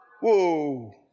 Whoa